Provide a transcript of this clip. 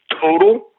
total